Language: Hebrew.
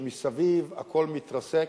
כשמסביב הכול מתרסק,